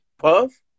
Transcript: Puff